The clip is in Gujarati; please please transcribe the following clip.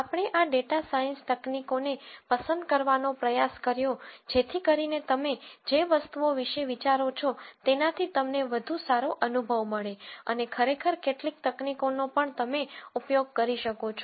આપણે આ ડેટા સાયન્સ તકનીકોને પસંદ કરવાનો પ્રયાસ કર્યો જેથી કરીને તમે જે વસ્તુઓ વિશે વિચારો છો તેનાથી તમને વધુ સારો અનુભવ મળે અને ખરેખર કેટલીક તકનીકોનો પણ તમે ઉપયોગ કરી શકો છો